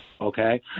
Okay